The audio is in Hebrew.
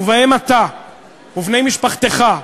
ובהם אתה ובני משפחתך,